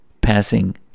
passing